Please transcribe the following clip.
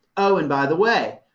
oh, and by the way.